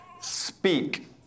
speak